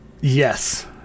yes